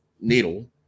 needle